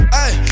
ay